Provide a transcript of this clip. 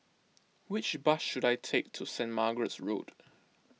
which bus should I take to Saint Margaret's Road